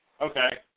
Okay